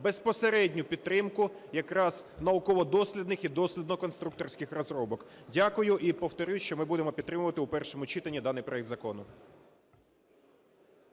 безпосередню підтримку якраз науково-дослідних і дослідно-конструкторських розробок. Дякую. І повторю, що ми будемо підтримувати у першому читанні даний проект закону.